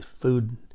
food